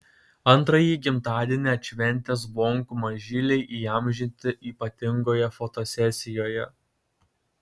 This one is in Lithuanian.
antrąjį gimtadienį atšventę zvonkų mažyliai įamžinti ypatingoje fotosesijoje